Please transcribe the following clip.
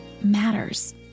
matters